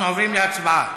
אנחנו עוברים להצבעה.